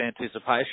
anticipation